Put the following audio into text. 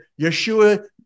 Yeshua